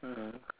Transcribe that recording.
ah